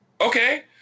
Okay